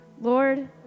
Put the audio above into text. Lord